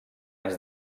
anys